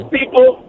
people